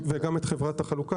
הבריאות?